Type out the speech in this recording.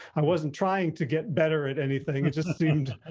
i wasn't trying to get better at anything. it just seemed,